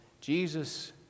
Jesus